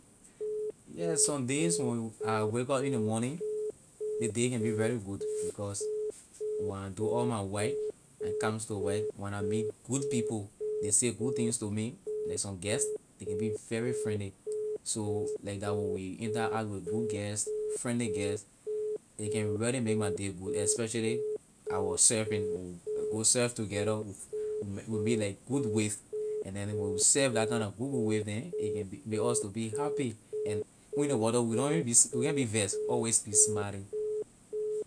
Yeah some days when I wake up in ley morning ley day can be really good because when I do all my work and comes to work when I meet good people ley say good things to me like some guest ley can be very friendly so like that when we interact with good guest friendly guest a can really make my day good especially our surfing when we go surfing together we we make like good wave and then when we surf la kind na good good wave neh a can make us to be happy and in ley water we even we can’t be vex always be smiling.